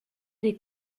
des